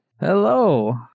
Hello